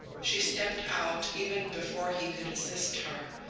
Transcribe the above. she stepped out even before he could assist her,